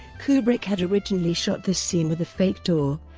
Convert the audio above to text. kubrick had originally shot this scene with a fake door,